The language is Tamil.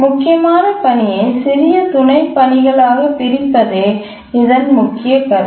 முக்கியமான பணியை சிறிய துணைப் பணிகளாகப் பிரிப்பதே இதன் முக்கிய கருத்து